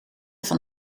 van